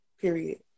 Period